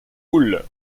hull